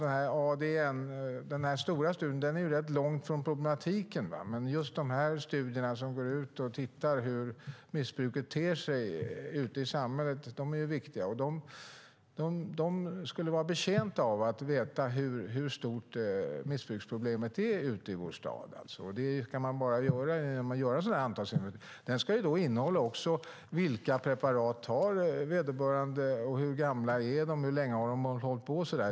Den stora studien är rätt långt ifrån problematiken, men just de studier där man går ut och tittar på hur missbruket ter sig ute i samhället är viktiga. Vi skulle vara betjänta av att veta hur stort missbruksproblemet är ute i vår stad. Det kan man bara få genom att göra en antalsinventering. Den ska också innehålla vilka preparat vederbörande tar, hur gammal han eller hon är och hur länge man har hållit på.